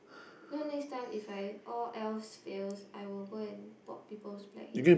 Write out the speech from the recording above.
then next time if I all else fails I will go and pop people's blackhead